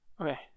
Okay